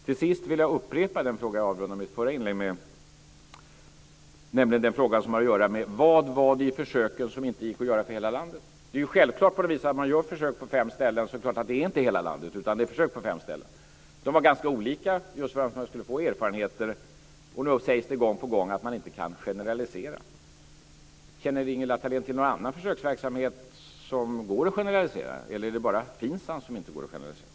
Till sist vill jag upprepa den fråga som jag avrundade mitt förra inlägg med, nämligen den fråga som har att göra med vad det var i försöken som inte gick att göra för hela landet. Det är ju självklart på det viset att om man gör försök på fem ställen så är det inte hela landet utan försök på fem ställen. De var ganska olika just därför att man skulle få erfarenheter. Och då sägs det gång på gång att man inte kan generalisera. Känner Ingela Thalén till någon annan försöksverksamhet som går att generalisera, eller är det bara FINSAM som inte går att generalisera?